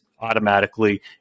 automatically